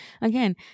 again